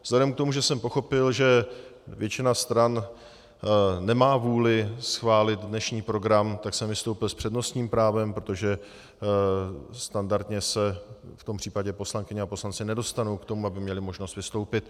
Vzhledem k tomu, že jsem pochopil, že většina stran nemá vůli schválit dnešní program, vystoupil jsem s přednostním právem, protože standardně se v tom případě poslankyně a poslanci nedostanou k tomu, aby měli možnost vystoupit.